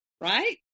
right